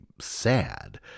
sad